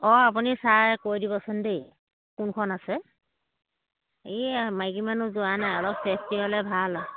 অঁ আপুনি চাই কৈ দিবচোন দেই কোনখন আছে এই মাইকী মানুহ যোৱানে অলপ চেফটি হ'লে ভাল